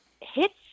hits